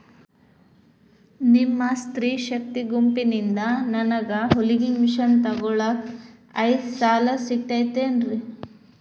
ನಿಮ್ಮ ಸ್ತ್ರೇ ಶಕ್ತಿ ಗುಂಪಿನಿಂದ ನನಗ ಹೊಲಗಿ ಮಷೇನ್ ತೊಗೋಳಾಕ್ ಐದು ಸಾಲ ಸಿಗತೈತೇನ್ರಿ?